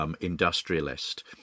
industrialist